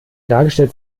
dargestellt